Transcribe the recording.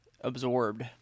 absorbed